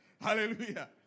Hallelujah